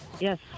Yes